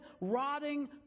rotting